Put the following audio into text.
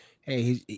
Hey